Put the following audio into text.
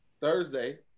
Thursday